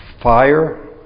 fire